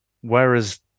whereas